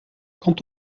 quant